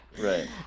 Right